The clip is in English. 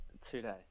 today